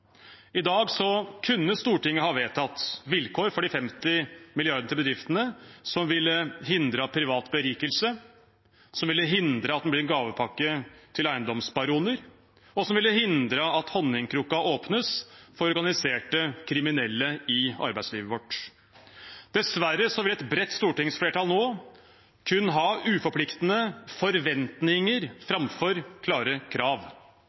I dag kunne Stortinget ha vedtatt vilkår for de 50 mrd. kr til bedriftene – vilkår som ville hindret privat berikelse, som ville hindret at det blir en gavepakke til eiendomsbaroner, og som ville hindret at honningkrukken åpnes for organiserte kriminelle i arbeidslivet vårt. Dessverre vil et bredt stortingsflertall nå ha kun uforpliktende forventninger framfor klare krav.